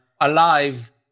alive